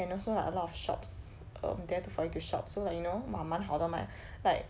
and also like a lot of shops um there to for you to shop so like you know 蛮蛮好的 mah like